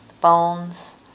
bones